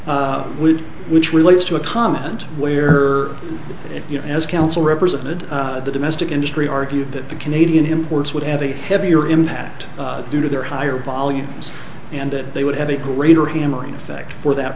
would which relates to a comment where her as counsel represented the domestic industry argued that the canadian imports would have a heavier impact due to their higher volumes and that they would have a greater hammering effect for that